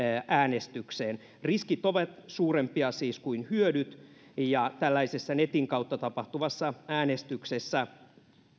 äänestykseen riskit ovat siis suurempia kuin hyödyt ja tällaisessa netin kautta tapahtuvassa äänestyksessä